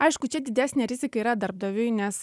aišku čia didesnė rizika yra darbdaviui nes